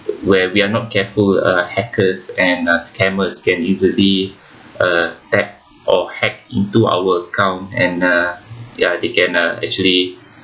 where we are not careful uh hackers and uh scammers can easily attack or hack into our account and uh ya they can uh actually